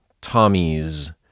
Tommy's